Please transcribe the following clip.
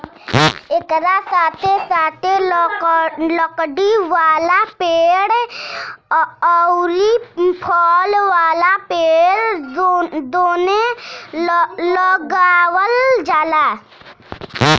एकरा साथे साथे लकड़ी वाला पेड़ अउरी फल वाला पेड़ दूनो लगावल जाला